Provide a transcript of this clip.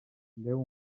déu